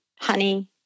honey